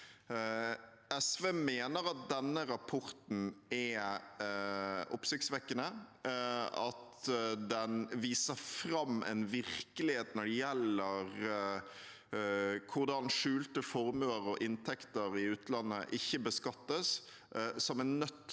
SV mener at denne rapporten er oppsiktsvekkende, og at den viser fram en virkelighet når det gjelder hvordan skjulte formuer og inntekter i utlandet ikke beskattes, som er nødt